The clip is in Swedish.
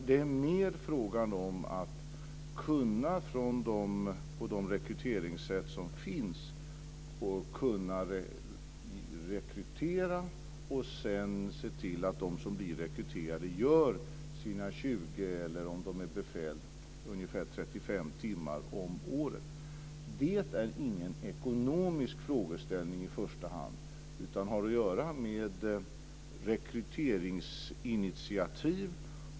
Det är mer en fråga om att kunna rekrytera på de rekryteringssätt som finns och sedan se till att de som blir rekryterade gör sina 20, eller om de är befäl ungefär 35, timmar om året. Det är ingen ekonomisk frågeställning i första hand, utan det har att göra med rekryteringsinitiativ.